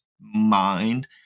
mind